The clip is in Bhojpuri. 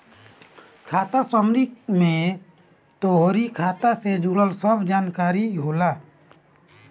खाता समरी में तोहरी खाता के जुड़ल सब जानकारी होला